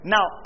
Now